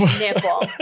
nipple